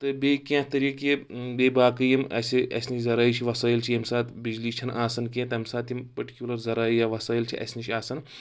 تہٕ بیٚیہِ کینٛہہ طریٖقہٕ یہِ بیٚیہِ باقٕے یِم اَسہِ اسہِ نِش زَرٲیی چھِ وسٲیِل چھِ ییٚمہِ ساتہٕ بِجلی چھنہٕ آسان کینٛہہ تَمہِ ساتہٕ یِم پٔٹِکیوٗلَر زَرٲے یا وَسٲیِل چھِ اَسہِ نِش آسان